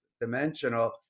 Dimensional